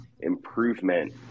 improvement